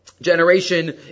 generation